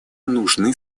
нужны